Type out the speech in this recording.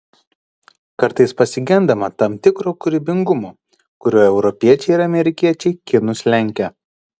kartais pasigendama tam tikro kūrybingumo kuriuo europiečiai ir amerikiečiai kinus lenkia